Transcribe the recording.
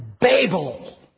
Babel